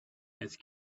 ice